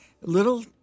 Little